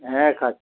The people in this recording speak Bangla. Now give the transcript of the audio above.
হ্যাঁ খাচ্ছি